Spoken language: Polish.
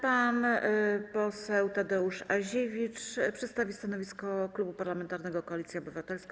Pan poseł Tadeusz Aziewicz przedstawi stanowisko Klubu Parlamentarnego Koalicja Obywatelska.